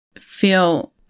feel